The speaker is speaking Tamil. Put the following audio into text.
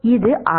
இது ryy